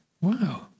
Wow